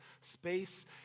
Space